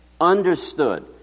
Understood